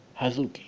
Hazuki